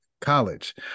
college